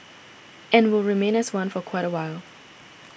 and will remain as one for quite a while